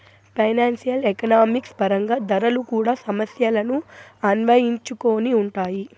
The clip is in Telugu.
ఫైనాన్సియల్ ఎకనామిక్స్ పరంగా ధరలు కూడా సమస్యలను అన్వయించుకొని ఉంటాయి